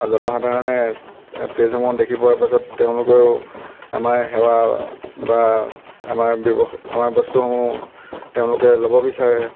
জনসাধাৰণে পেজসমূহ দেখি পোৱাৰ পাছত তেওঁলোকেও আমাৰ সেৱা বা আমাৰ ব্যৱ আমাৰ বস্তুসমূহ তেওঁলোকে ল'ব বিচাৰে